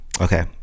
okay